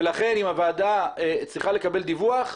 לכן אם הוועדה צריכה לקבל דיווח,